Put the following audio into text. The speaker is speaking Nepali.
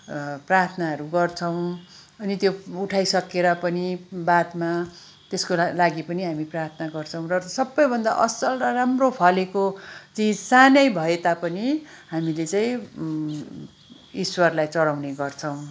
प्रार्थनाहरू गर्छौँ अनि त्यो उठाइसकेर पनि बादमा त्यसको लागि पनि हामी प्रार्थना गर्छौँ र सबैभन्दा असल र राम्रो फलेको चिज सानै भए तापनि हामीले चाहिँ ईश्वरलाई चढाउने गर्छौँ